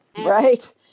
right